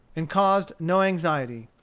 and caused no anxiety.